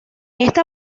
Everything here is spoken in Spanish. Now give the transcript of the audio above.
esta